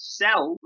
sell